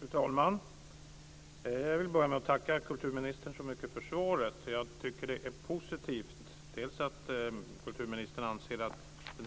Fru talman! Jag vill börja med att tacka kulturministern så mycket för svaret. Jag tycker att det är positivt att kulturministern anser att